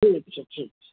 ठीक छै ठीक छै